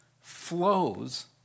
flows